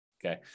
Okay